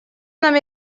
нам